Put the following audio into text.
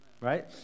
right